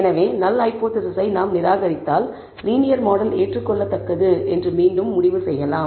எனவே null hypothesis ஐ நாம் நிராகரித்தால் லீனியர் மாடல் ஏற்றுக்கொள்ளத்தக்கது என்று மீண்டும் முடிவு செய்யலாம்